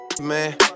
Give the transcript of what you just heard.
man